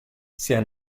sia